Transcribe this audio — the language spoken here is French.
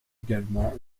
également